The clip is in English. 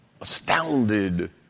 astounded